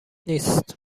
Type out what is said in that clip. نیست